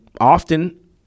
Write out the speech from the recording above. often